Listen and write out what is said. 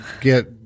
get